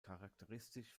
charakteristisch